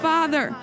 Father